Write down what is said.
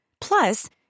Plus